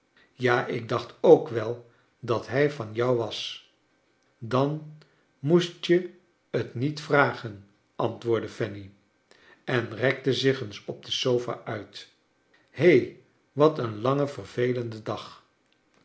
ja ik dacht ook wel dat hij van jou was dan moest je t niet vragen antwoordde fanny en rekte zich eens op de sofa uit he wat een lange vervelende dag